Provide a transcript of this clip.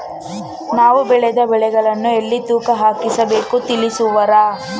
ನಾವು ಬೆಳೆದ ಬೆಳೆಗಳನ್ನು ಎಲ್ಲಿ ತೂಕ ಹಾಕಿಸ ಬೇಕು ತಿಳಿಸುವಿರಾ?